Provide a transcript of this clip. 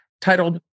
titled